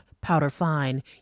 powder-fine